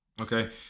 okay